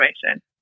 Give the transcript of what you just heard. situation